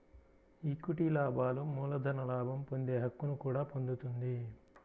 equity లాభాలు మూలధన లాభం పొందే హక్కును కూడా పొందుతుంది